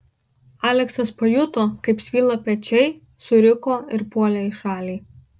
aleksas pajuto kaip svyla pečiai suriko ir puolė į šalį